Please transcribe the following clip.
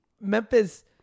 Memphis